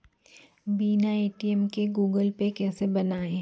बिना ए.टी.एम के Google Pay कैसे बनायें?